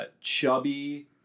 chubby